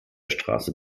straße